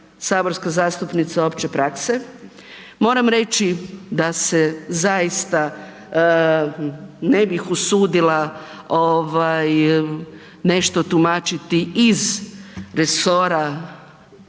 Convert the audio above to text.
saborska zastupnica opće prakse, moram reći da se zaista ne bih usudila nešto tumačiti iz resora